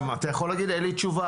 אתה גם יכול להגיד שאין לך תשובה,